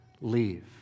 leave